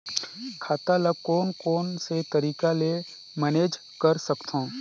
खाता ल कौन कौन से तरीका ले मैनेज कर सकथव?